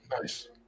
Nice